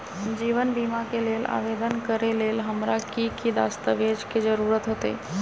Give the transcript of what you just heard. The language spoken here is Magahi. जीवन बीमा के लेल आवेदन करे लेल हमरा की की दस्तावेज के जरूरत होतई?